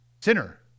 sinner